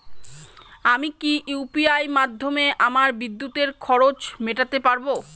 আমি কি ইউ.পি.আই মাধ্যমে আমার বিদ্যুতের খরচা মেটাতে পারব?